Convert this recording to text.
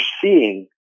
seeing